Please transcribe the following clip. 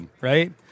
right